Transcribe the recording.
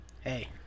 Hey